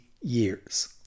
years